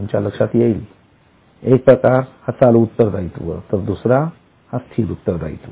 तुम्हाला लक्षात येईल एक प्रकार चालू उत्तरदायित्व तर दुसरा स्थिर उत्तरदायित्व